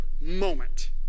moment